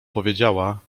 powiedziała